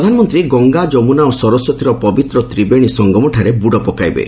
ପ୍ରଧାନମନ୍ତ୍ରୀ ଗଙ୍ଗା ଯମୁନା ଓ ସରସ୍ୱତୀର ପବିତ୍ର ତ୍ରିବେଣୀ ସଂଗମଠାରେ ବୁଡ ପକାଇବେ